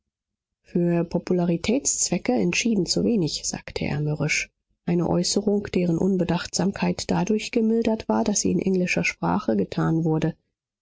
für popularitätszwecke entschieden zu wenig sagte er mürrisch eine äußerung deren unbedachtsamkeit dadurch gemildert war daß sie in englischer sprache getan wurde